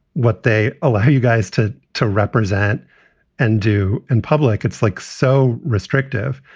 what they allow you guys to to represent and do in public. it's like so restrictive.